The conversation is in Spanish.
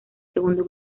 segundo